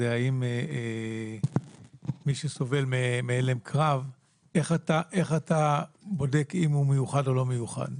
איך אתה בודק אם מי שסובל מהלם קרב הוא מיוחד או לא מיוחד?